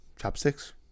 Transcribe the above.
chopsticks